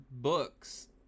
books